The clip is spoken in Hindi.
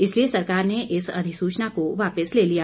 इसीलिए सरकार ने इस अधिसूचना को वापिस ले लिया